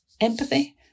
empathy